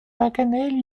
paganel